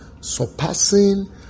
Surpassing